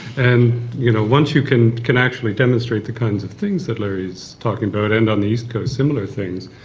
and you know once you can can actually demonstrate the kinds of things that larry is talking about, and on the east coast similar things,